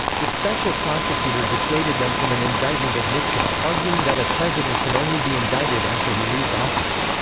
the special prosecutor dissuaded them from an indictment of nixon, arguing that a president can only be indicted after he leaves office.